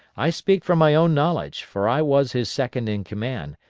i speak from my own knowledge, for i was his second in command,